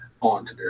on